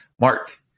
Mark